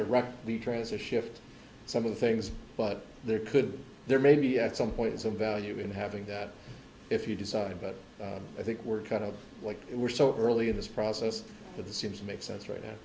directly transit shift some of the things but there could be there may be at some point some value in having that if you decide but i think we're kind of like we're so early in this process that the seems to make sense right now